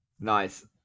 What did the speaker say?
Nice